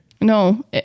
No